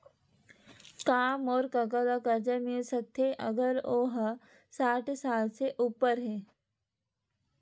का मोर कका ला कर्जा मिल सकथे अगर ओ हा साठ साल से उपर हे?